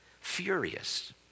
furious